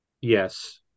yes